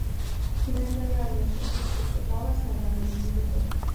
mes negalime sakyti kad šėtonas negali gydyti